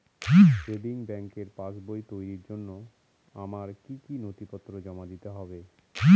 Savings ব্যাংকের পাসবই তৈরির জন্য আমার কি কি নথিপত্র জমা দিতে হবে?